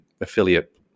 affiliate